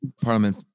Parliament